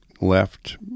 left